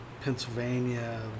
pennsylvania